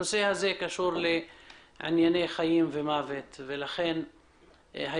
הנושא קשור לענייני חיים ומוות והיה